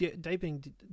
diving